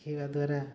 ଶିଖାଇବା ଦ୍ୱାରା